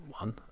one